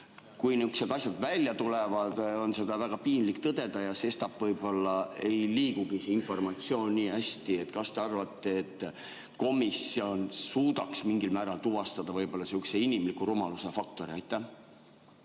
Kui nihukesed asjad välja tulevad, on seda väga piinlik tõdeda, ja sestap võib-olla ei liigugi see informatsioon nii hästi. Kas te arvate, et komisjon suudaks mingil määral tuvastada sihukest inimliku rumaluse faktorit?